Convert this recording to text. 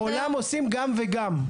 בעולם עושים גם וגם.